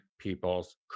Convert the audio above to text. people's